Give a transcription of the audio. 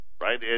Right